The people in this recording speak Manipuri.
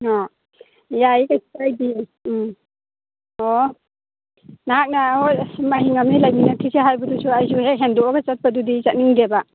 ꯑꯥ ꯌꯥꯏꯌꯦ ꯀꯔꯤꯁꯨ ꯀꯥꯏꯗꯤꯌꯦ ꯎꯝ ꯑꯣ ꯅꯍꯥꯛꯅ ꯍꯣꯏ ꯏꯃꯥꯏ ꯉꯝꯅꯤ ꯂꯩꯃꯤꯟꯅꯈꯤꯁꯤ ꯍꯥꯏꯕꯗꯨꯁꯨ ꯑꯩꯁꯨ ꯍꯦꯛ ꯍꯦꯟꯗꯣꯛꯂꯒ ꯆꯠꯄꯗꯨꯗꯤ ꯆꯠꯅꯤꯡꯗꯦꯕ